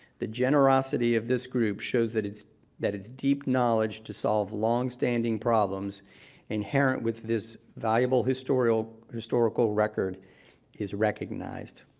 the generosity of this group shows that it's that it's deep knowledge to solve longstanding problems inherent with this valuable historical historical record is recognized.